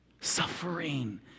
Suffering